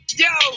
yo